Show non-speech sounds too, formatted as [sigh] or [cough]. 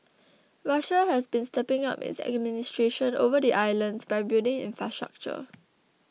[noise] Russia has been stepping up its administration over the islands by building infrastructure